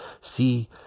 see